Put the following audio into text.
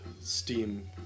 steam